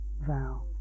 vow